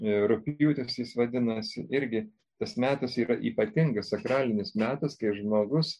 ir pjūties jis vadinasi irgi tas metas yra ypatingas sakralinis metas kai žmogus